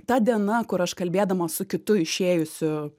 ta diena kur aš kalbėdama su kitu išėjusiu